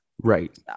Right